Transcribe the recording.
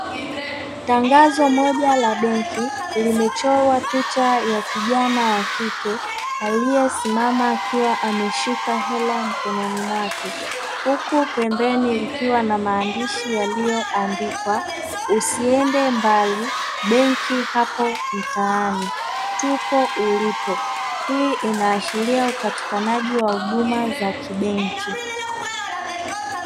Tangazo moja la benki limechorwa picha ya kijana wa kike aliyesimama akiwa ameshika hela mkononi mwake. Huku pembeni likiwa na maandishi yaliyoandikwa Usiende mbali benki hapo mtaani. Tupo ulipo. Hii inaashiria upatikanaji wa huduma za kibenki.